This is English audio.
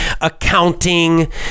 accounting